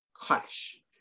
clash